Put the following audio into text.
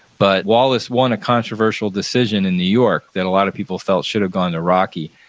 but wallace won a controversial decision in new york that a lot of people felt should have gone to rocky,